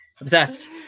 Obsessed